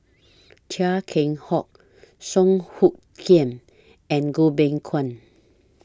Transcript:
Chia Keng Hock Song Hoot Kiam and Goh Beng Kwan